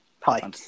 hi